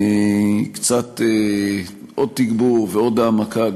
עוד קצת תגבור ועוד העמקה,